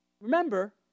Remember